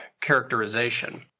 characterization